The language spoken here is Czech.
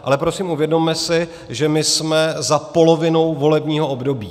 Ale prosím, uvědomme si, že my jsme za polovinou volebního období.